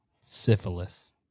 syphilis